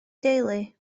deulu